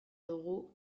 dugu